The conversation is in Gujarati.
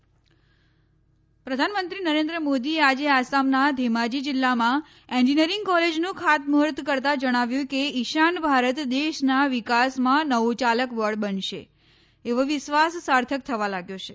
પ્રધાનમંત્રી આસામ પ્રધાનમંત્રી નરેન્દ્ર મોદી આજે આસામના ઘેમાજી જિલ્લામાં એન્જિંનીયરીંગ કોલેજનું ખાતમૂફર્ત કરતાં જણાવ્યું કે ઈશાન ભારત દેશના વિકાસમાં નવું ચાલક બળ બનશે એવો વિશ્વાસ સાર્થક થવા લાગ્યો છે